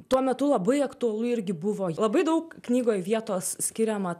tuo metu labai aktualu irgi buvo labai daug knygoj vietos skiriama